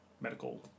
medical